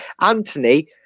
Anthony